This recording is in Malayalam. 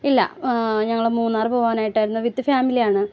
ഇല്ല ഞങ്ങൾ മൂന്നാർ പോവാനായിട്ടായിരുന്നു വിത്ത് ഫാമിലിയാണ്